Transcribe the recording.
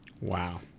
Wow